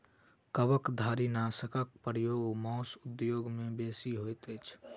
कवचधारीनाशकक प्रयोग मौस उद्योग मे बेसी होइत अछि